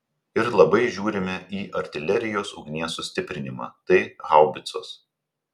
ir labai žiūrime į artilerijos ugnies sustiprinimą tai haubicos